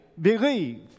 Believe